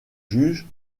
juges